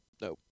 No